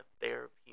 therapy